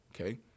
okay